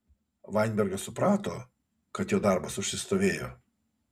vainbergas suprato kad jo darbas užsistovėjo